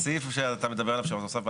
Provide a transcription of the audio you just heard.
וזו הסיבה שאנחנו באים למחוקק ולא ממתינים